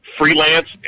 Freelance